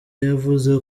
yavuze